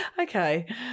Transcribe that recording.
Okay